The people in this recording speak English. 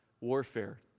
warfare